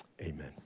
amen